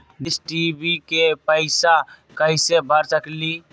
Dish TV के पैईसा कईसे भर सकली?